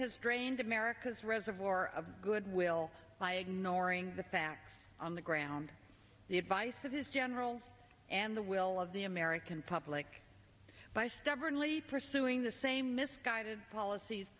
has drained america's reservoir of goodwill by ignoring the facts on the ground the advice of his generals and the will of the american public by stubbornly pursuing the same misguided policies